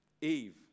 Eve